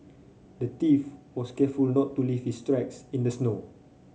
the thief was careful not to leave his tracks in the snow